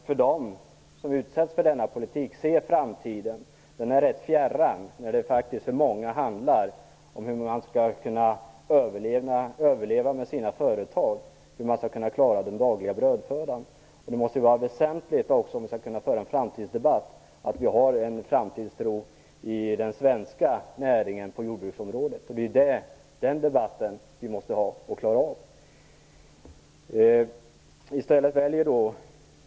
För dem som utsätts för denna politik är det kanske inte så lätt att se framtiden. Den är rätt fjärran. För många handlar det om hur man skall kunna överleva med sina företag, hur man skall klara den dagliga brödfödan. Det måste vara väsentligt att vi har en framtidstro i den svenska näringen på jordbruksområdet, om vi skall kunna föra en framtidsdebatt. Det är den debatten vi måste klara av.